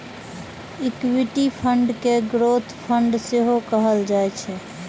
equity fund कें growth fund सेहो कहल जाइ छै